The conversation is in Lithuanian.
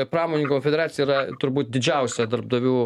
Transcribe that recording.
pramoninink konfederacija yra turbūt didžiausia darbdavių